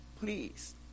please